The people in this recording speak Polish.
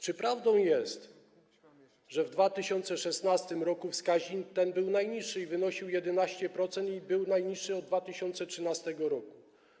Czy prawdą jest, że w 2016 r. wskaźnik ten był najniższy i wynosił 11%, i był najniższy od 2013 r.